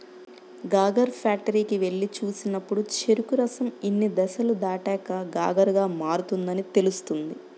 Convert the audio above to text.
sugar ఫ్యాక్టరీకి వెళ్లి చూసినప్పుడు చెరుకు రసం ఇన్ని దశలు దాటాక షుగర్ గా మారుతుందని తెలుస్తుంది